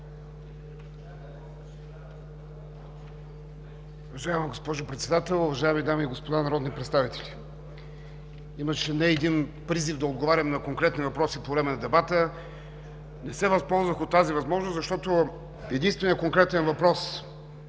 Уважаема госпожо Председател, уважаеми дами и господа народни представители! Имаше не един призив да отговарям на конкретни въпроси по време на дебата. Не се възползвах от тази възможност, защото на единствения конкретен въпрос,